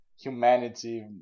humanity